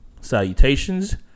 salutations